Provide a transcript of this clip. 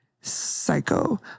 psycho